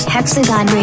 Hexagon